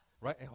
Right